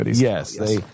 Yes